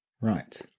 Right